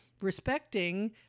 respecting